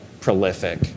prolific